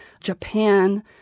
Japan